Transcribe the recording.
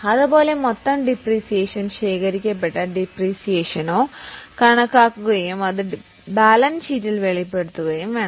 അതുപോലെ തന്നെ മൊത്തം ഡിപ്രീസിയേഷനോ അക്കയുമിലേറ്റസ്ഡ് ഡിപ്രീസിയേഷനോ കണക്കാക്കുകയും അത് ബാലൻസ് ഷീറ്റിൽ വെളിപ്പെടുത്തുകയും ചെയ്യും